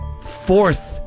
fourth